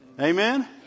Amen